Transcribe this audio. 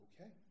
Okay